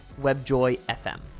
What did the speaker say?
WebJoyFM